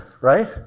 right